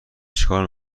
چیکار